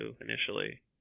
initially